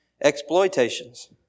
exploitations